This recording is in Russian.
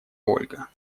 ольга